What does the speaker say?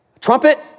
trumpet